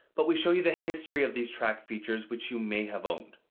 but we show you the history of these tracked features which you may have owned.